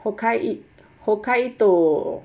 hokkai it hokkaido